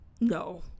no